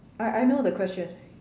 I I know the question